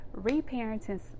Reparenting